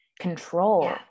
control